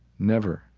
never,